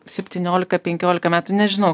septyniolika penkiolika metų nežinau